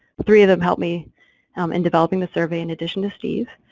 three of them help me um in developing the survey, in addition to steve.